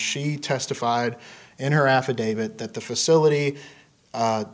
she testified in her affidavit that the facility had